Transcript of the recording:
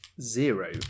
Zero